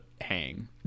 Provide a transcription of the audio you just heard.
hang